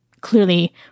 clearly